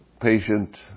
patient